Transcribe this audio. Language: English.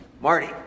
Marty